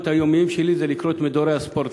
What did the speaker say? היומיים שלי זה לקרוא את מדורי הספורט.